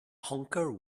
honker